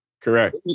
Correct